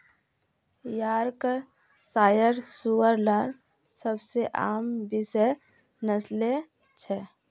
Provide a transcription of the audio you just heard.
Yorkshire सूअर लार सबसे आम विषय नस्लें छ